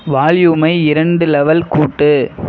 வால்யூமை இரண்டு லெவல் கூட்டு